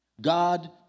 God